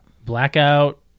Blackout